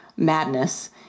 Madness